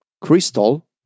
Crystal